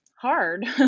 hard